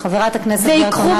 חברת הכנסת ברקו,